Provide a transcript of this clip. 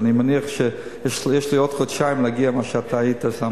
אז אני מניח שיש לי עוד חודשיים להגיע לאן שאתה היית.